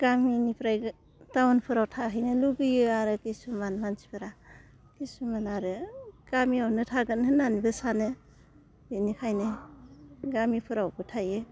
गामिनिफ्राय टाउनफोराव थाहैनो लुगैयो आरो खिसुमान मानसिफोरा खिसुमान आरो गामियावनो थागोन होनानैबो सानो बिनिखायनो गामिफोरावबो थायो